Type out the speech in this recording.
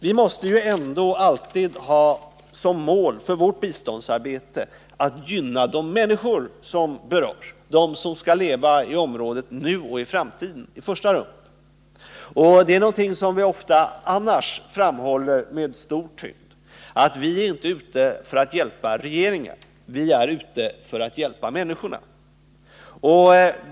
Vi måste alltid ha som mål för vårt biståndsarbete att i första rummet gynna de människor som berörs, de som skall leva i området nu och i framtiden. Något som vi ofta annars framhåller med stor tyngd är ju: Vi är inte ute för att hjälpa regeringarna — vi är ute för att hjälpa människorna.